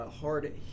hard